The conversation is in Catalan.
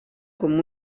com